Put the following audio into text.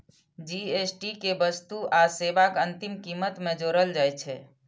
GST कें वस्तु आ सेवाक अंतिम कीमत मे जोड़ल जाइ छै